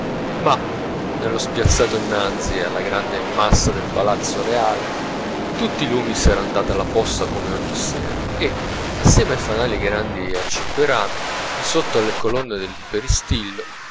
ma nello spiazzato innanzi alla gran massa del palazzo reale tutti i lumi s'eran data la posta come ogni sera e assieme ai fanali grandi a cinque rami di sotto alle colonne del peristilio